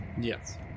Yes